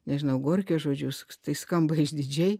nežinau gorkio žodžius tai skamba išdidžiai